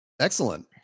Excellent